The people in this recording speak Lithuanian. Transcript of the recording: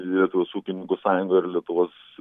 vietos ūkininkų sąjunga ir lietuvos